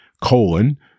colon